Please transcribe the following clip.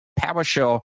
PowerShell